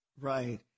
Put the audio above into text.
Right